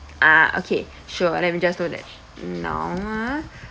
ah okay sure let me just note that no ah